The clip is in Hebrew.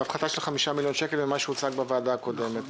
בהפחתה של 5 מיליון שקל ממה שהוצג בישיבה הקודמת.